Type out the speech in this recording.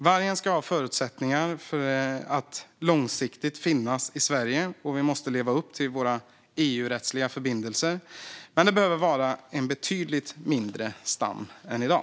Vargen ska ha förutsättningar för att långsiktigt finnas i Sverige, och vi måste leva upp till våra EU-rättsliga förpliktelser. Men det behöver vara en betydligt mindre stam än i dag.